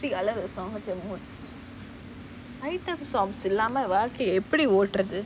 freak I love the song item songs இல்லாம வாழ்க எப்பிடி ஓட்டுறது:illama vazhka epidi oturathu